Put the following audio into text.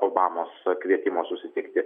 obamos kvietimo susitikti